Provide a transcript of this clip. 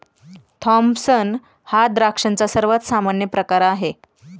Thompson हा द्राक्षांचा सर्वात सामान्य प्रकार आहे